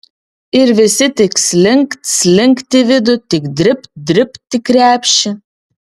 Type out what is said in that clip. ir visi tik slink slinkt į vidų tik dribt dribt į krepšį